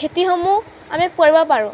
খেতিসমূহ আমি কৰিব পাৰোঁ